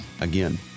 Again